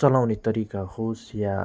चलाउने तरिका होस् या